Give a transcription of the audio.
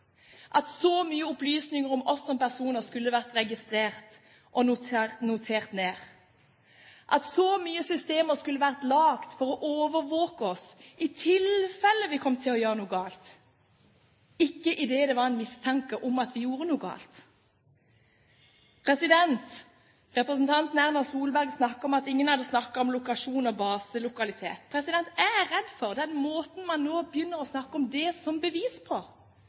at så mye opplysninger om oss som personer skulle være registrert og notert ned, at så mange systemer skulle være laget for å overvåke oss i tilfelle vi kom til å gjøre noe galt, ikke idet det var mistanke om at vi gjorde noe galt. Representanten Erna Solberg sa at ingen hadde snakket om lokasjon og baselokalitet. Jeg er redd for den måten man nå begynner å snakke om det som bevis på,